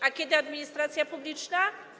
A kiedy administracja publiczna?